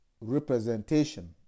representation